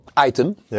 item